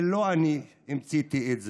לא אני המצאתי את זה,